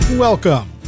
Welcome